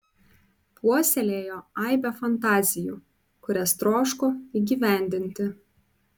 puoselėjo aibę fantazijų kurias troško įgyvendinti